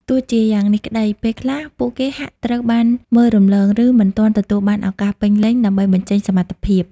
ទោះជាយ៉ាងនេះក្តី ពេលខ្លះពួកគេហាក់ត្រូវបានមើលរំលង ឬមិនទាន់ទទួលបានឱកាសពេញលេញដើម្បីបញ្ចេញសមត្ថភាព។